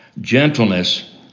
Gentleness